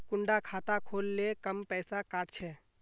कुंडा खाता खोल ले कम पैसा काट छे?